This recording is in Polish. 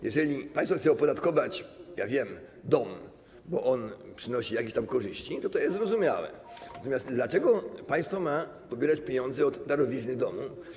Jeżeli państwo chce opodatkować - ja wiem? - dom, bo on przynosi jakieś korzyści, to jest to zrozumiałe, natomiast dlaczego państwo ma zabierać pieniądze od darowizny domu?